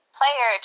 player